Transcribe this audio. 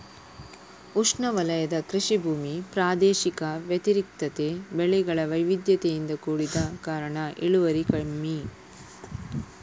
ಉಷ್ಣವಲಯದ ಕೃಷಿ ಭೂಮಿ ಪ್ರಾದೇಶಿಕ ವ್ಯತಿರಿಕ್ತತೆ, ಬೆಳೆಗಳ ವೈವಿಧ್ಯತೆಯಿಂದ ಕೂಡಿದ ಕಾರಣ ಇಳುವರಿ ಕಮ್ಮಿ